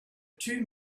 two